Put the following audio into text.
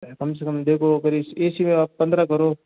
कम से कम देखो फिर ए सी में आप पंद्रह करो